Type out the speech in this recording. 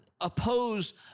oppose